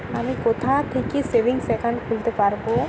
আমি কোথায় থেকে সেভিংস একাউন্ট খুলতে পারবো?